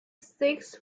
six